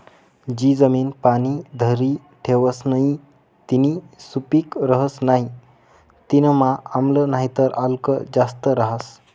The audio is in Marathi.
जी जमीन पाणी धरी ठेवस नही तीनी सुपीक रहस नाही तीनामा आम्ल नाहीतर आल्क जास्त रहास